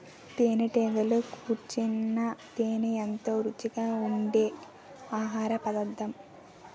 తేనెటీగలు కూర్చిన తేనే ఎంతో రుచిగా ఉండె ఆహారపదార్థం